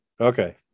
okay